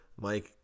Mike